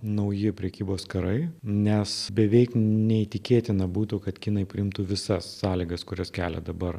nauji prekybos karai nes beveik neįtikėtina būtų kad kinai priimtų visas sąlygas kurias kelia dabar